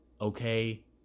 okay